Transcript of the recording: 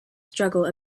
struggle